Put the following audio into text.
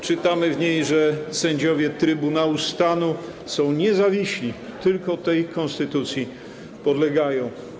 Czytamy w niej, że sędziowie Trybunału Stanu są niezawiśli, tylko tej konstytucji podlegają.